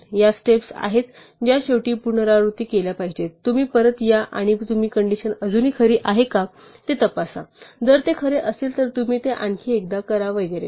या स्टेप्स आहेत ज्या शेवटी पुनरावृत्ती केल्या पाहिजेत तुम्ही परत या आणि तुम्ही कंडिशन अजूनही खरी आहे का ते तपासा जर ते खरे असेल तर तुम्ही ते आणखी एकदा करा वगैरे